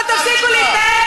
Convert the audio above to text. פעם ראשונה.